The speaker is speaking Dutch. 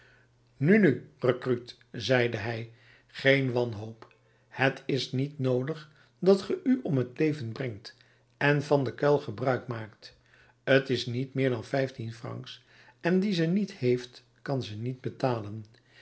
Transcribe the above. nu rekruut zeide hij geen wanhoop het is niet noodig dat ge u om t leven brengt en van den kuil gebruik maakt t is niet meer dan vijftien francs en die ze niet heeft kan ze niet betalen